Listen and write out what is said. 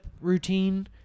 routine